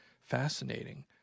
fascinating